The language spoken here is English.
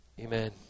amen